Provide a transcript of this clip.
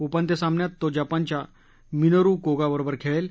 उपान्त्य सामन्यात तो जपानच्या मिनोरु कोगा बरोबर खेळेल